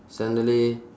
suddenly